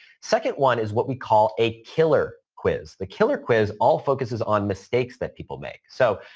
second one is what we call a killer quiz. the killer quiz all focuses on mistakes that people make. so,